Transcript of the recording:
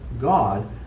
God